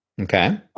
Okay